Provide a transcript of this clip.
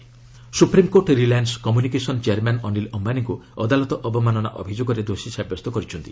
SC Ambani supreme court Reliance Communications chairman Anil ଅମ୍ଭାନୀଙ୍କୁ ଅଦାଲତ ଅବମାନନା ଅଭିଯୋଗରେ ଦୋଷୀ ସାବ୍ୟସ୍ତ କରିଛନ୍ତି